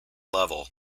level